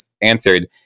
answered